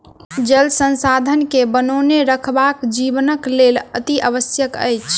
जल संसाधन के बनौने राखब जीवनक लेल अतिआवश्यक अछि